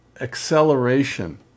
acceleration